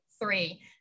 three